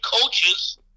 coaches